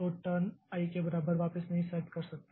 तो हम turn i के बराबर वापिस नहीं सेट कर सकते